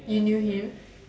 you knew him